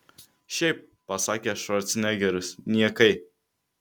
šiaip pasakė švarcnegeris niekai